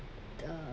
the